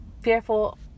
fearful